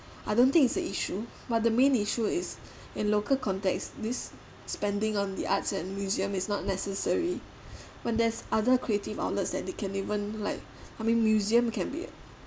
I don't think it's the issue but the main issue is in local context this spending on the arts and museum is not necessary when there's other creative outlets that they can even like I mean museum can be